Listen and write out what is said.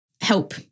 help